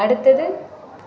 அடுத்தது